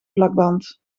plakband